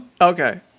Okay